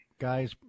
guys